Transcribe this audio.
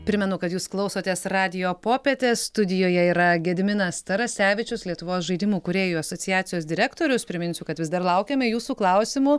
primenu kad jūs klausotės radijo popietės studijoje yra gediminas tarasevičius lietuvos žaidimų kūrėjų asociacijos direktorius priminsiu kad vis dar laukiame jūsų klausimų